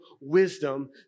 wisdom